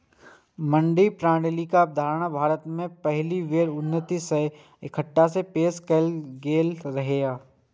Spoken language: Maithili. मंडी प्रणालीक अवधारणा भारत मे पहिल बेर उन्नैस सय अट्ठाइस मे पेश कैल गेल रहै